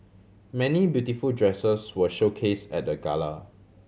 many beautiful dresses were showcase at the gala